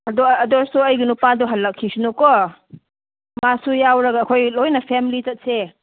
ꯑꯗꯣ ꯑꯗꯣꯁꯣ ꯑꯩꯒꯤ ꯅꯨꯄꯥꯗꯣ ꯍꯜꯂꯛꯈꯤꯁꯅꯨꯀꯣ ꯃꯥꯁꯨ ꯌꯥꯎꯔꯒ ꯑꯩꯈꯣꯏ ꯂꯣꯏꯅ ꯐꯦꯝꯂꯤ ꯆꯠꯁꯦ